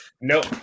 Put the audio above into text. Nope